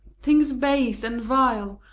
things base and vile,